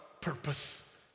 purpose